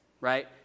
right